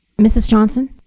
mrs. johnson.